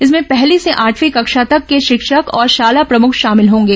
इसमें पहली से आठवीं कक्षा तक के शिक्षक और शाला प्रमुख शामिल होंगे